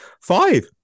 Five